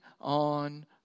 on